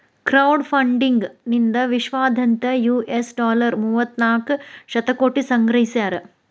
crowd funding ನಿಂದಾ ವಿಶ್ವದಾದ್ಯಂತ್ US dollar ಮೂವತ್ತನಾಕ ಶತಕೋಟಿ ಸಂಗ್ರಹಿಸ್ಯಾರ